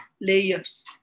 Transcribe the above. layers